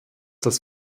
dass